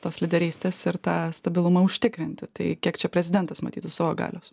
tos lyderystės ir tą stabilumą užtikrinti tai kiek čia prezidentas matytų savo galios